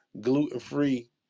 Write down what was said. gluten-free